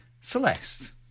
Celeste